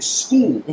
school